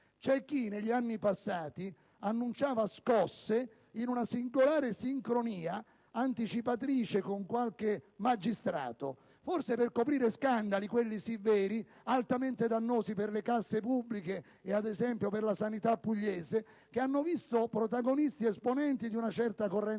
C'è chi, negli anni passati, annunciava scosse in una singolare sincronia anticipatrice con qualche magistrato. Forse per coprire scandali - quelli sì veri - altamente dannosi per le casse pubbliche - ad esempio, nel caso della sanità pugliese - che hanno visto protagonisti esponenti di una certa corrente